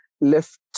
left